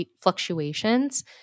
fluctuations